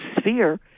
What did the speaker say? sphere